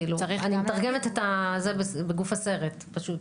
כאילו, אני מתרגמת את זה בגוף הסרט, פשוט.